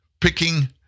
picking